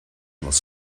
was